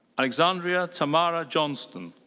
alexandrea tamara johnston.